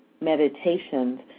Meditations